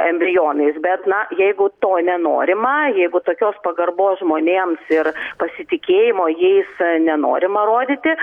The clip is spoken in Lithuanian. embrionais bet na jeigu to nenorima jeigu tokios pagarbos žmonėms ir pasitikėjimo jais nenorima rodyti